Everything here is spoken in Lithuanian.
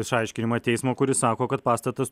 išaiškinimą teismo kuris sako kad pastatas